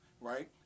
right